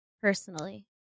personally